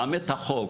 גם את החוק,